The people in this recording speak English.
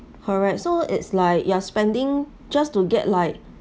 correct so it's like you're spending just to get like